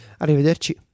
Arrivederci